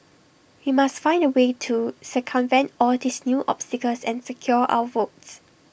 we must find A way to circumvent all these new obstacles and secure our votes